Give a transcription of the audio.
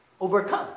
overcome